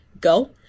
go